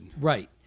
Right